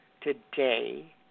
today